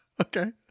okay